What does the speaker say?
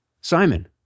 Simon